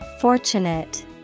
Fortunate